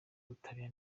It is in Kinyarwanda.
ubutabera